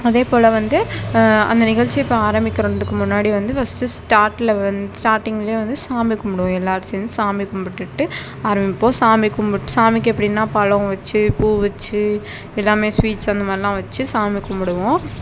அதே போல வந்து அந்த நிகழ்ச்சி இப்போ ஆரம்மிக்கிறதுக்கு முன்னாடி வந்து ஃபர்ஸ்ட் ஸ்டார்டில் ஸ்டார்டிங்கில் வந்து சாமி கும்பிடுவோம் எல்லாரும் சேர்ந்து சாமி கும்பிட்டுட்டு ஆரம்மிப்போம் சாமி கும்புட்டு சாமிக்கு எப்படின்னா பழம் வச்சு பூ வச்சு எல்லாமே ஸ்வீட் அந்த மாதிரிலான் வச்சு சாமி கும்பிடுவோம்